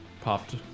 popped